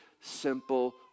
simple